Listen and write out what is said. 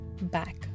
back